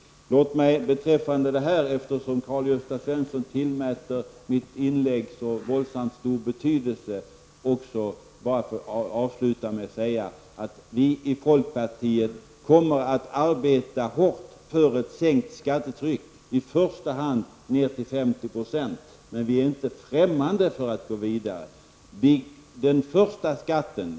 Låt mig bara avsluta med, eftersom Karl-Gösta Svenson tillmäter mitt inlägg så våldsamt stor betydelse, att säga att vi i folkpartiet kommer att arbeta hårt för att sänka skattetrycket, i första hand ner till 50 %, men vi är inte främmande för att gå vidare.